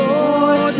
Lord